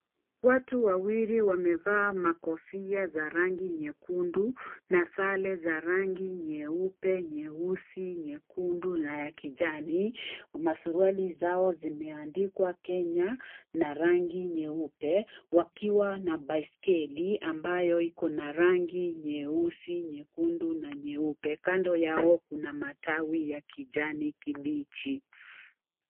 Watu wawili wamevaa makofia za rangi nyekundu na sare za rangi nyeupe, nyeusi, nyekundu na ya kijani, masuruali zao zimeandikwa Kenya na rangi nyeupe wakiwa na baiskeli ambayo iko na rangi nyeusi, nyekundu, na nyeupe, kando yao kuna matawi ya kijani kibichi.